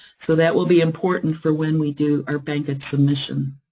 so that will be important for when we do our bankit submission.